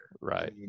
right